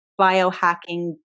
biohacking